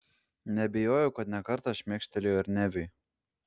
neabejojau kad ne kartą šmėkštelėjo ir neviui